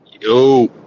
Yo